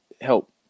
help